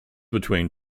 between